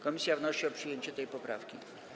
Komisja wnosi o przyjęcie tej poprawki.